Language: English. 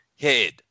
head